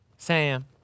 Sam